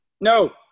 No